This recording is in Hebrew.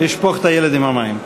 לשפוך את הילד עם המים.